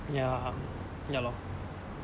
ya ya lor